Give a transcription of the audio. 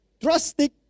drastic